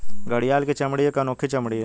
घड़ियाल की चमड़ी एक अनोखी चमड़ी है